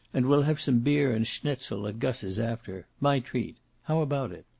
and we'll have some beer and schnitzel at gus's after. my treat. how about it?